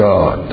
God